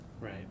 Right